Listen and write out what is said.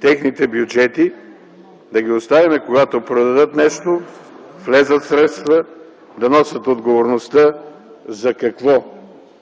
техните бюджети, да ги оставим, когато продадат нещо, влязат средства, да носят отговорността за какво